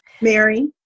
Mary